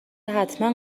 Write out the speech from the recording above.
حتما